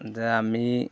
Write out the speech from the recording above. যে আমি